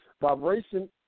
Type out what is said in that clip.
Vibration